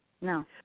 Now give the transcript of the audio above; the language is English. No